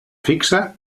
fixa